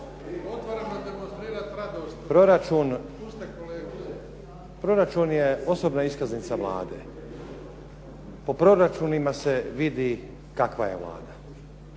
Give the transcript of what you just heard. Proračun je osobna iskaznica Vlade. Po proračunima se vidi kakva je Vlada.